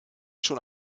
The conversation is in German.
schon